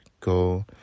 go